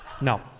No